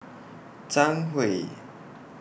Zhang Hui